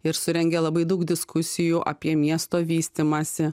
ir surengė labai daug diskusijų apie miesto vystymąsi